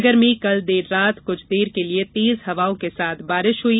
नगर में कल देर रात कुछ देर के लिये तेज हवाओं के साथ बारिश हुई